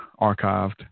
archived